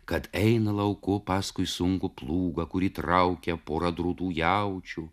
kad eina lauku paskui sunkų plūgą kurį traukia pora drūtų jaučių